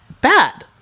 bad